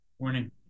Morning